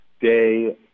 day